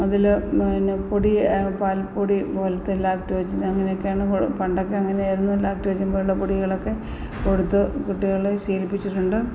അതില് പിന്നെ പൊടി പാൽപ്പൊടി പോലത്തെ ലാക്റ്റോജൻ അങ്ങനെ ഒക്കെയാണ് പണ്ടൊക്കെ അങ്ങനെ ആയിരുന്നു ലാക്റ്റോജൻ പോലുള്ള പൊടികളൊക്കെ കൊടുത്ത് കുട്ടികളെ ശീലിപ്പിച്ചിട്ടുണ്ട്